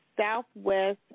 Southwest